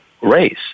race